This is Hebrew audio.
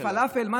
בפלאפל.